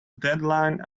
deadline